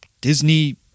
Disney